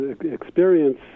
experience